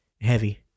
heavy